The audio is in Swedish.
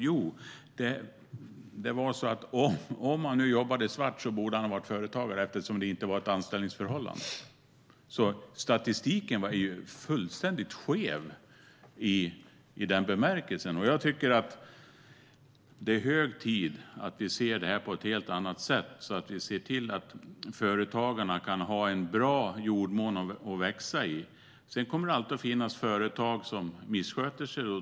Jo, man menade att eftersom han jobbade svart borde han ha varit företagare, för det var ju inget anställningsförhållande! Statistiken blev alltså fullständigt skev i den bemärkelsen. Det är hög tid att vi nu ser detta på ett helt annat sätt, så att företagarna kan ha en bra jordmån att växa i. Sedan kommer det alltid att finnas företag som missköter sig.